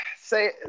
Say